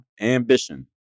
ambition